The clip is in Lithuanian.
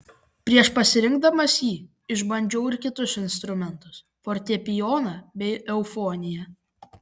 prieš pasirinkdamas jį išbandžiau ir kitus instrumentus fortepijoną bei eufoniją